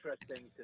interesting